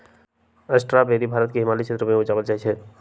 strawberry Bharat के हिमालय क्षेत्र में उपजायल जाइ छइ